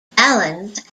valens